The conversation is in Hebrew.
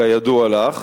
כידוע לך,